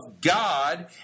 God